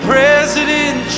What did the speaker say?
President